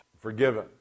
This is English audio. forgiven